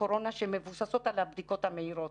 קורונה שמבוססות על הבדיקות המהירות.